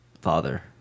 father